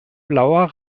blauer